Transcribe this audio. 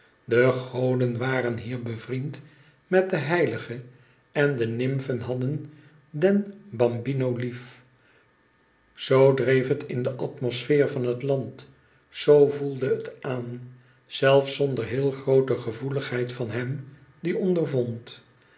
de goden waren hier bevriend met de heiligen en de nymfen hadden den bambino lief zoo dreef het in de atmosfeer van het land zoo voelde het aan zelfs zonder heel groote gevoeligheid van hem die ondervond